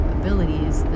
abilities